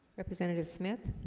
representative smith